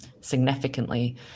significantly